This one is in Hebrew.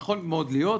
יכול מאוד להיות.